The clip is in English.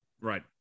Right